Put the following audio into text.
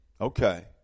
Okay